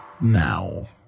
now